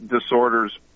disorders